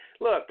look